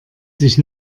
sich